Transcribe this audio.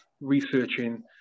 researching